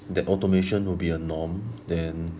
that automation will be a norm then